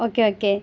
okay okay